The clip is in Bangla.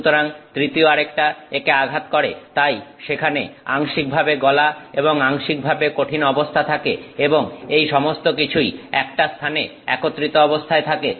সুতরাং তৃতীয় আরেকটা একে আঘাত করে তাই সেখানে আংশিকভাবে গলা এবং আংশিকভাবে কঠিন অবস্থা থাকে এবং এই সমস্তকিছুই একটা স্থানে একত্রিত অবস্থায় থাকে